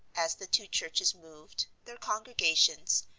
as the two churches moved, their congregations,